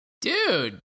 dude